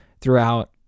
throughout